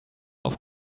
auf